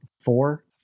Four